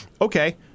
okay